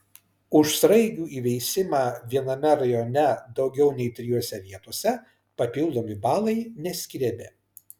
už sraigių įveisimą viename rajone daugiau nei trijose vietose papildomi balai neskiriami